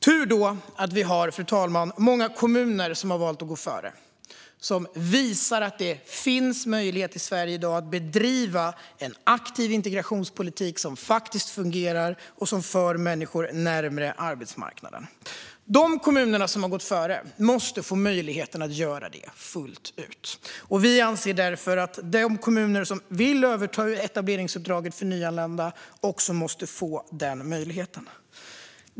Tur då, fru talman, att många kommuner har valt att gå före och visat att det finns möjlighet i Sverige i dag att bedriva en aktiv integrationspolitik som faktiskt fungerar och som för människor närmare arbetsmarknaden. De kommuner som har gått före måste få möjlighet att göra det fullt ut. Vi anser därför att de kommuner som vill överta etableringsuppdraget för nyanlända också måste få den möjligheten.